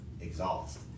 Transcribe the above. exhaust